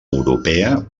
europea